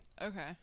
Okay